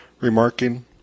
remarking